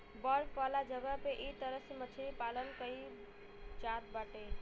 बर्फ वाला जगह पे इ तरह से मछरी पालन कईल जात बाड़े